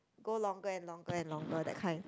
go longer and longer and longer that kind